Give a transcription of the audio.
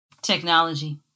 technology